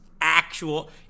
actual